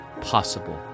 possible